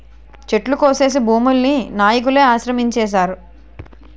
చెట్లు కొట్టేసి భూముల్ని నాయికులే ఆక్రమించేశారు